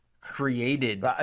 created